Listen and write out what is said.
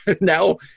Now